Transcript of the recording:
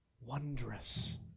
wondrous